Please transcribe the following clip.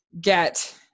get